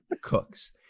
cooks